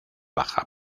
baja